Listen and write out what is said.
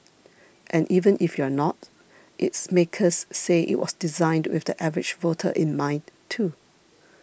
and even if you're not its makers say it was designed with the average voter in mind too